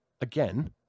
again